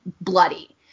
bloody